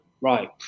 right